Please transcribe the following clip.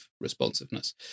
responsiveness